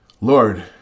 Lord